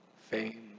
fame